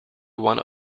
one